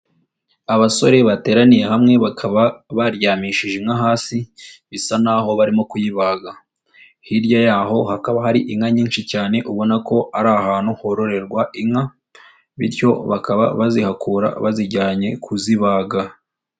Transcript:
Abasore bateraniye hamwe bakaba baryamishije inka hasi bisa n'aho barimo kuyibaga, hirya y'aho hakaba hari inka nyinshi cyane ubona ko ari ahantu hororerwa inka bityo bakaba bazihakura bazijyanye kuzibaga.